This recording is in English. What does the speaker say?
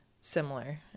similar